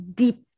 deep